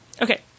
Okay